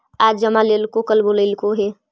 आज जमा लेलको कल बोलैलको हे?